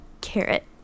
Carrot